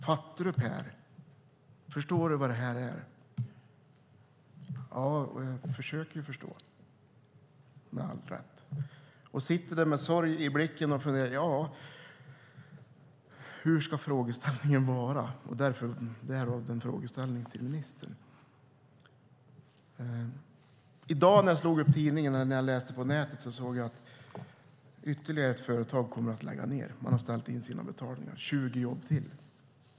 Fattar du, Per? Förstår du vad det här är? Jag försöker förstå. Jag sitter där med sorg i blicken och funderar. Vilken ska frågeställningen till ministern vara? I dag läste jag på nätet att ytterligare ett företag kommer att läggas ned. Man har ställt in sina betalningar. Det är 20 jobb till.